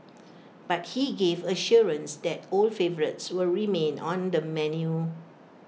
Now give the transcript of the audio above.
but he gave assurance that old favourites will remain on the menu